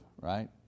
Right